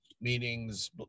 meetings